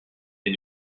ces